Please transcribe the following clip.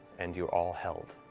and you're all held.